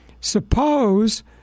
Suppose